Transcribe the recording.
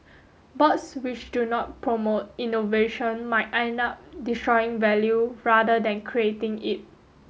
boards which do not promote innovation might end up destroying value rather than creating it